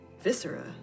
viscera